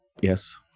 Yes